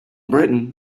britain